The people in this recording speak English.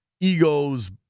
egos